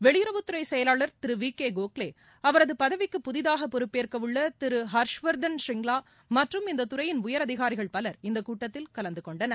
வெளியுறவுத்துறைசெயலாளர் திருவிகேகோக்லே அவரதுபதவிக்கு புதிதாகபொறுப்பேற்கவுள்ளதிருஹர்ஷ்வர்தன் ஸ்ரிங்லாமற்றும் இந்தத்துறையின் உயர் அதிகாரிகள் பலர் இந்தக் கூட்டத்தில் கலந்துகொண்டனர்